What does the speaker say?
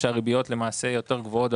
כשהריביות יותר גבוהות,